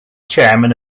chairman